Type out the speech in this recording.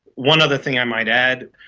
one other thing i might add.